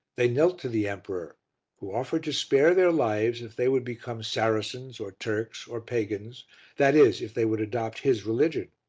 they knelt to the emperor who offered to spare their lives if they would become saracens or turks or pagans that is, if they would adopt his religion.